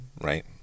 right